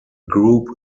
group